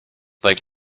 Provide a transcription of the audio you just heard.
like